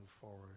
forward